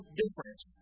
difference